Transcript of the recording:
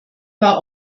war